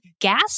gas